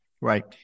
Right